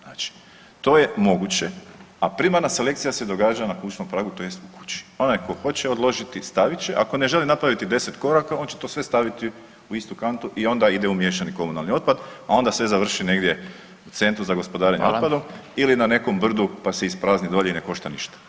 Znači to je moguće, a primarna selekcija se događa na kućnom pragu tj. u kući, onaj ko hoće odložiti stavit će, ako ne želi napraviti deset koraka on će to sve staviti u istu kantu i onda ide u miješani komunalni otpad, a onda sve završi negdje u centru za gospodarenje otpadom [[Upadica Radin: Hvala.]] ili na nekom brdu pa se isprazni dolje i ne košta ništa.